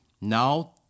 now